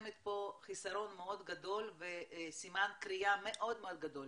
חיסרון מאוד גדול וסימן קריאה מאוד מאוד גדול